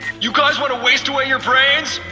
you guys wanna waste away your brains?